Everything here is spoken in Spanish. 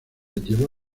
llevó